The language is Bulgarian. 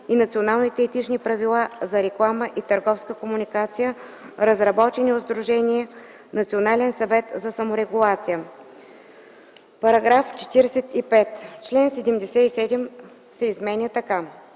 и Националните етични правила за реклама и търговска комуникация, разработени от Сдружение „Национален съвет за саморегулация.” „§ 45. Член 77 се изменя така: